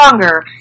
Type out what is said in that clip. longer